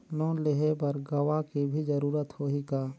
Loan लेहे बर गवाह के भी जरूरत होही का?